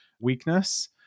weakness